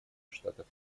штатов